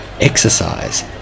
exercise